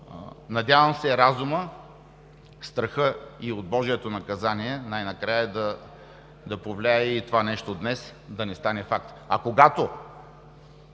Надявам се разумът, страхът и от божието наказание най-накрая да повлияе и това нещо днес да не стане факт. Когато